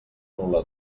nul·la